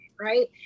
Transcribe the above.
right